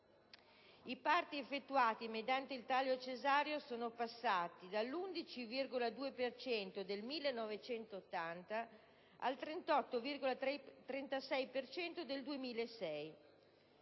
i parti effettuati mediante il taglio cesareo sono passati dall'11,2 per cento del 1980 al 38,36 per cento